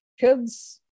kids